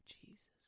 Jesus